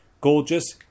Gorgeous